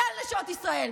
כלל נשות ישראל.